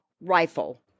rifle